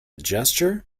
gesture